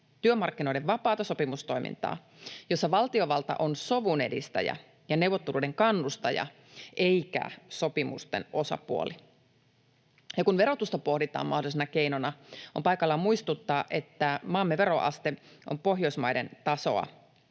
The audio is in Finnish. työmarkkinoiden vapaata sopimustoimintaa, jossa valtiovalta on sovun edistäjä ja neuvotteluiden kannustaja eikä sopimusten osapuoli. Ja kun verotusta pohditaan mahdollisena keinona, on paikallaan muistuttaa, että maamme veroaste on Pohjoismaiden tasoa.